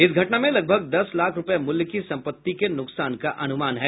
इस घटना में लगभग दस लाख रूपये मूल्य की संपत्ति के नुकसान का अनुमान है